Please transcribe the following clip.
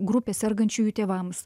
grupės sergančiųjų tėvams